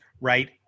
right